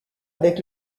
avec